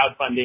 crowdfunding